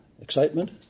excitement